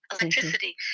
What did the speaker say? electricity